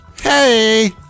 Hey